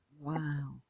Wow